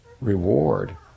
reward